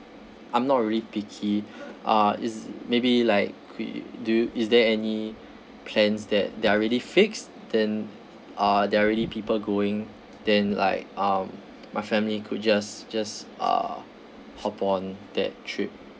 I'm not really picky uh is maybe like we do you is there any plans that that're already fixed then uh that already people going then like um my family could just just uh hop on that trip